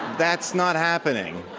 that's not happening.